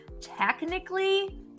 technically